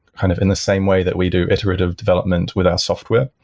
kind of in the same way that we do iterative development with our software.